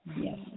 yes